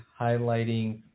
highlighting